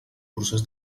procés